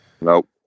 nope